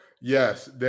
Yes